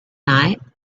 night